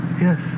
Yes